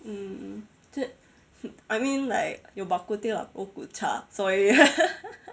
mm I mean like 有 bak kut teh lah 肉骨茶所以